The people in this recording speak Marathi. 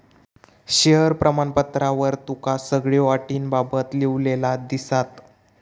शेअर प्रमाणपत्रावर तुका सगळ्यो अटींबाबत लिव्हलेला दिसात